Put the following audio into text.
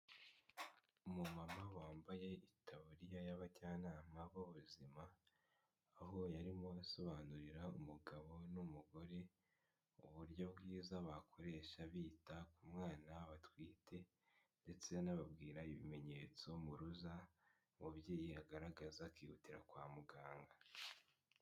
Umumama wambaye itaburiya y'abajyanama b'ubuzima, aho yarimo asobanurira umugabo n'umugore mu uburyo bwiza bakoresha bita ku mwana batwite ndetse anababwira ibimenyetso mpuruza umubyeyi agaragaza akihutira kwa muganga.